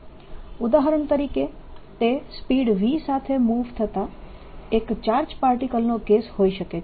ઉદાહરણ તરીકે તે સ્પીડ v સાથે મૂવ થતા એક ચાર્જ પાર્ટીકલ નો કેસ હોઈ શકે છે